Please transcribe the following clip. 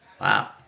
wow